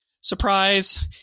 Surprise